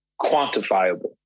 quantifiable